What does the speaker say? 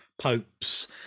popes